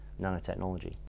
nanotechnology